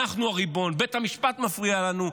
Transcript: אנחנו הריבון, בית המשפט מפריע לנו,